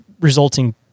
resulting